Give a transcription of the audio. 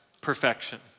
perfection